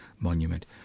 Monument